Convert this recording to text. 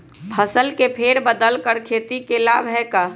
फसल के फेर बदल कर खेती के लाभ है का?